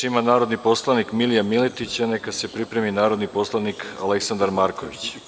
Reč ima narodni poslanik Milija Miletić, a neka se pripremi narodni poslanik Aleksandar Marković.